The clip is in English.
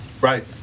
Right